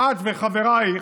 את וחברייך,